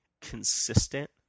consistent